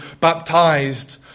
baptized